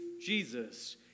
Jesus